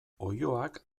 oiloak